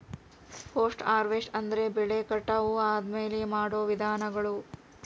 post harvest ಅಂದ್ರೆ ಬೆಳೆ ಕಟಾವು ಆದ್ಮೇಲೆ ಮಾಡೋ ವಿಧಾನಗಳು